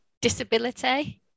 disability